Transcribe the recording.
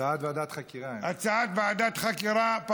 הצעה לוועדת חקירה.